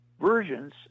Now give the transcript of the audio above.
versions